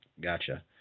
Gotcha